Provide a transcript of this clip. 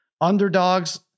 underdogs